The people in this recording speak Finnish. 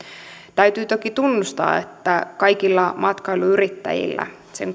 täytyy toki tunnustaa että kaikilla matkailuyrittäjillä sen